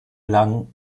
lang